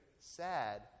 sad